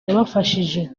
yabafashije